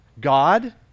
God